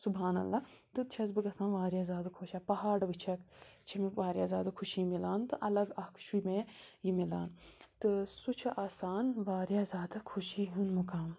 سُبحان اللہ تہٕ چھَس بہٕ گژھان واریاہ زیادٕ خۄش یا پہاڑ وٕچھَکھ چھِ مےٚ واریاہ زیادٕ خوشی مِلان تہٕ اَلگ اَکھ چھُے مےٚ یہِ مِلان تہٕ سُہ چھُ آسان واریاہ زیادٕ خوشی ہُنٛد مُقام